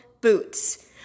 boots